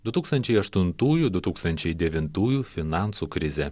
du tūkstančiai aštuntųjų du tūkstančiai devintųjų finansų krizė